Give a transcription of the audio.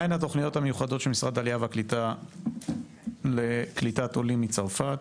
מהן התוכניות המיוחדות של משרד העלייה והקליטה לקליטת עולים מצרפת?